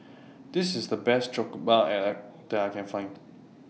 This IS The Best Jokbal that I Can Find